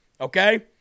okay